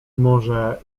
może